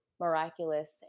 miraculous